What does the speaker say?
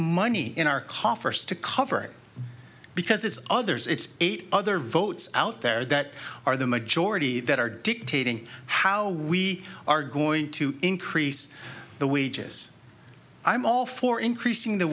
money in our coffers to cover it because it's others it's eight other votes out there that are the majority that are dictating how we are going to increase the wages i'm all for increasing the